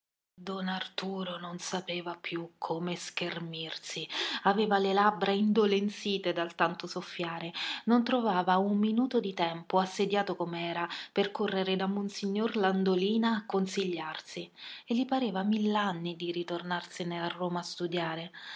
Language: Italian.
don arturo non sapeva più come schermirsi aveva le labbra indolenzite dal tanto soffiare non trovava un minuto di tempo assediato com'era per correre da monsignor landolina a consigliarsi e gli pareva mill'anni di ritornarsene a roma a studiare